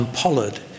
pollard